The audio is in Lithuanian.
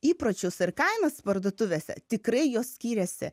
įpročius ir kainas parduotuvėse tikrai jos skiriasi